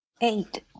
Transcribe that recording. Eight